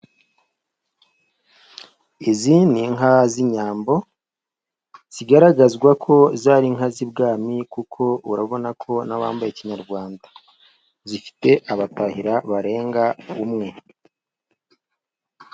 Izi ni inka z'inyambo zigaragara ko zari inka z'ibwami kuko urabona n'abambaye ikinyarwanda. Zifite abatahira barenga umwe.